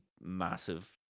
massive